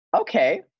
okay